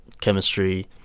chemistry